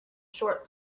short